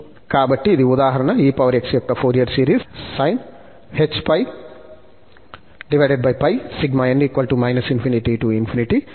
కాబట్టి ఇది ఉదాహరణ ex యొక్క ఫోరియర్ సిరీస్ గా ఇవ్వబడింది